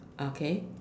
okay